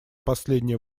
последнее